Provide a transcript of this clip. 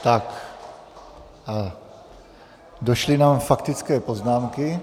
Tak, a došly nám faktické poznámky.